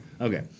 Okay